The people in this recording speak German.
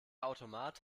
automat